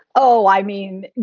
oh, i mean,